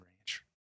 ranch